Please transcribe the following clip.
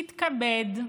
תתכבד,